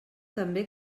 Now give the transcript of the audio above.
també